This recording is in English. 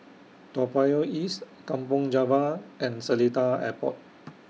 Toa Payoh East Kampong Java and Seletar Airport